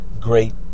great